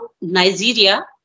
Nigeria